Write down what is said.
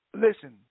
Listen